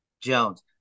Jones